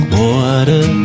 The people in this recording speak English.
water